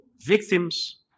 victims